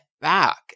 back